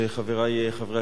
חברי חברי הכנסת,